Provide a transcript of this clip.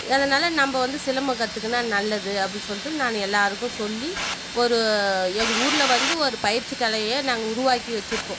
அதனால் நம்ம வந்து சிலம்பம் கற்றுக்கினா நல்லது அப்படினு சொல்லிட்டு நான் எல்லாேருக்கும் சொல்லி ஒரு எங்கள் ஊரில் வந்து ஒரு பயிற்சி கலையே நாங்கள் உருவாக்கி வைச்சுருக்கோம்